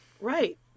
right